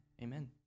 Amen